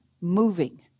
moving